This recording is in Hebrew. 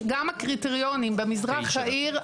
גם הקריטריונים במזרח העיר,